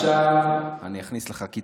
אני אכניס לך עקיצה קטנה.